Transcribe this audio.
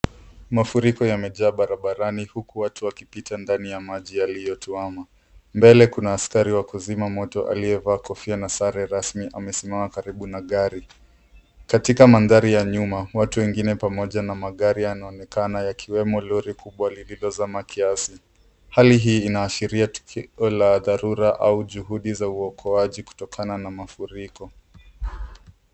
Mafuriko yamejaa barabarani huku watu wakipita ndani ya maji yaliyotuama. Mbele kuna askari wa kuzima moto aliyevaa kofia na sare rasmi amesimama karibu na gari. Katika mandhari ya nyuma watu wengine pamoja na magari yanaonekana yakiwemo lori kubwa moja lililozama kiasi. Hali hii inaashiria tukio la dharura au juhudi za uokoaji kutokana na mafuriko.